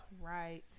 Right